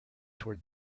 toward